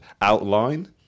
outline